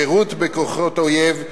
שירות בכוחות אויב,